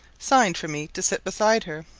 signed for me to sit beside her,